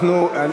למעלה